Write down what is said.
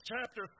chapter